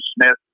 Smith